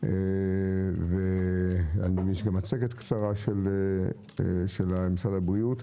אני מבין שיש גם מצגת קצרה של משרד הבריאות.